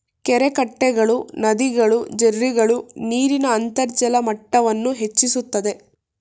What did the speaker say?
ಕೆರೆಕಟ್ಟೆಗಳು, ನದಿಗಳು, ಜೆರ್ರಿಗಳು ನೀರಿನ ಅಂತರ್ಜಲ ಮಟ್ಟವನ್ನು ಹೆಚ್ಚಿಸುತ್ತದೆ